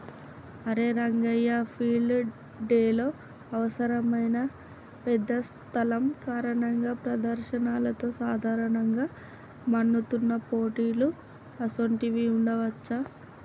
అరే రంగయ్య ఫీల్డ్ డెలో అవసరమైన పెద్ద స్థలం కారణంగా ప్రదర్శనలతో సాధారణంగా మన్నుతున్న పోటీలు అసోంటివి ఉండవచ్చా